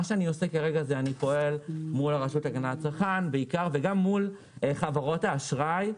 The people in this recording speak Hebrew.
כרגע אני פועל מול הרשות להגנת הצרכן בעיקר וגם מול חברות האשראי,